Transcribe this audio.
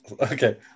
Okay